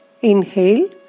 inhale